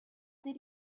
did